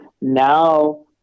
now